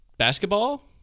basketball